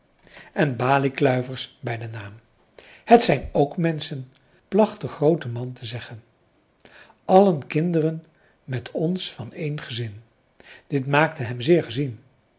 en baliekluivers bij den naam het zijn k menschen placht de groote man te zeggen allen kinderen met ons van één gezin dit maakte hem zeer gezien